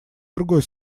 другой